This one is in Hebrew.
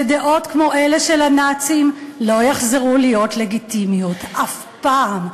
שדעות כמו אלה של הנאצים לא יחזרו להיות לגיטימיות אף פעם,